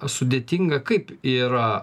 sudėtinga kaip yra